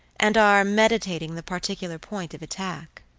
and are meditating the particular point of attack